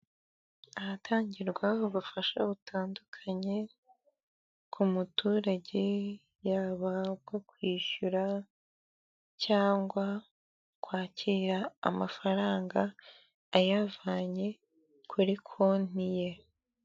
Ahatangirwa ubufasha butandukanye ku muturage yaba ubwo kwishyura cyangwa kwakira amafaranga ayavanye kuri konti ye.